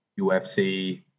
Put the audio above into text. UFC